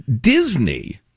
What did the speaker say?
Disney